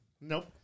Nope